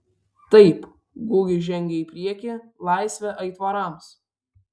taip gugis žengė į priekį laisvę aitvarams